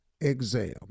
exam